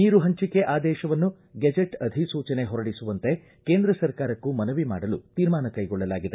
ನೀರು ಹಂಚಿಕೆ ಆದೇಶವನ್ನು ಗೆಜೆಟ್ ಅಧಿಸೂಚನೆ ಹೊರಡಿಸುವಂತೆ ಕೇಂದ್ರ ಸರ್ಕಾರಕ್ಕೂ ಮನವಿ ಮಾಡಲು ತೀರ್ಮಾನ ಕೈಗೊಳ್ಳಲಾಗಿದೆ